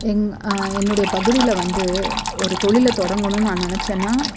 எங் என்னுடைய பகுதியில வந்து ஒரு தொழில தொடங்கணும்னு நான் நினச்சேன்னா